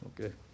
Okay